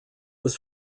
was